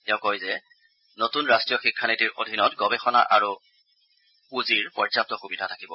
তেওঁ কয় যে নতুন ৰাষ্ট্ৰীয় শিক্ষা নীতিৰ অধীনত গৱেষণা আৰু পুঁজিৰ পৰ্যাপ্ত সুবিধা থাকিব